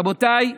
רבותיי,